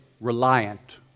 Reliant